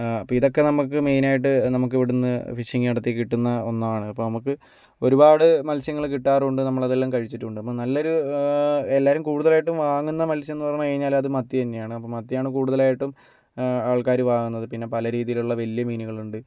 ആ ഇപ്പം ഇതൊക്കെ നമുക്ക് മെയ്നായിട്ട് നമുക്ക് ഇവിടെനിന്ന് ഫിഷിങ് നടത്തി കിട്ടുന്ന ഒന്നാണ് ഇപ്പം നമുക്ക് ഒരുപാട് മത്സ്യങ്ങൾ കിട്ടാറുണ്ട് നമ്മളതെല്ലാം കഴിച്ചിട്ടുമുണ്ട് അപ്പം നല്ലൊരു എല്ലാവരും കൂടുതലായിട്ട് വാങ്ങുന്ന മത്സ്യമെന്ന് പറഞ്ഞ് കഴിഞ്ഞാലത് മത്തി തന്നെയാണത് അപ്പം മത്തിയാണ് കൂടുതലായിട്ടും ആൾക്കാർ വാങ്ങുന്നത് പിന്നെ പല രീതിയിലുള്ള വലിയ മീനുകളുണ്ട്